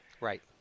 right